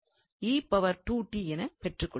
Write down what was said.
என பெற்றுக் கொள்கிறோம்